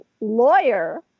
lawyer